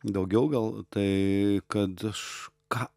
daugiau gal tai kad aš ką